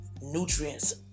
nutrients